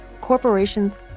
corporations